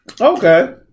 Okay